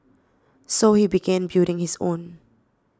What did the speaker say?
so he began building his own